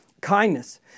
kindness